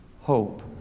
hope